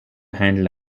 handle